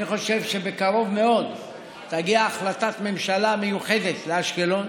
אני חושב שבקרוב מאוד תגיע החלטת ממשלה מיוחדת לאשקלון.